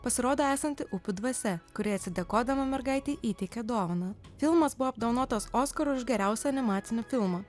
pasirodo esanti upių dvasia kuri atsidėkodama mergaitei įteikia dovaną filmas buvo apdovanotas oskaru už geriausią animacinį filmą